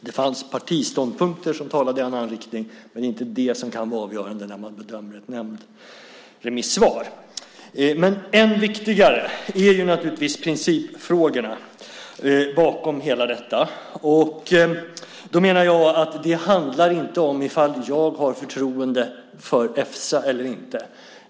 Det fanns partiståndpunkter som talade i en annan riktning, med det är inte det som kan vara avgörande när man bedömer en nämnds remissvar. Men än viktigare är naturligtvis principfrågorna bakom. Då menar jag att det inte handlar om ifall jag har förtroende för Efsa eller inte.